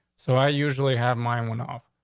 so i usually have mine went off.